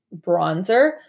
bronzer